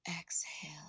Exhale